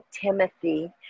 Timothy